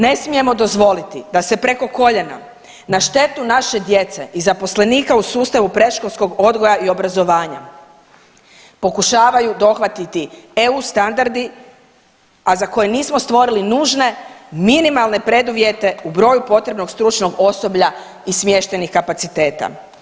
Ne smijemo dozvoliti da se preko koljena, na štetu naše djece i zaposlenika u sustavu predškolskog odgoja i obrazovanja pokušavaju dohvatiti EU standardi, a za koje nismo stvorili nužne, minimalne preduvjete u broju potrebnog stručnog osoblja i smještajnih kapaciteta.